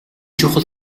чухал